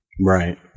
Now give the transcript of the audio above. Right